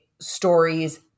stories